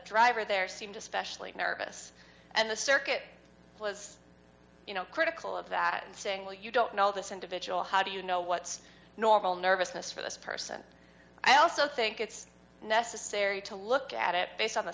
driver there seemed especially nervous and the circuit was critical of that and saying well you don't know this individual how do you know what's normal nervousness for this person i also think it's necessary to look at it based on the